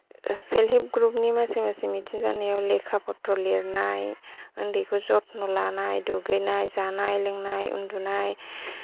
self help ग्रुपनि मासे मासे मिथिं जानायाव लेखा पत्र लेरनाय उन्दैखौ जत्न लानाय दुगैनाय जानाय लोंनाय उन्दुनाय